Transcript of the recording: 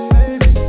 Baby